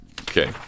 Okay